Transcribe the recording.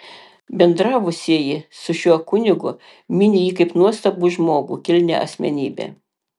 bendravusieji su šiuo kunigu mini jį kaip nuostabų žmogų kilnią asmenybę